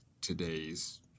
today's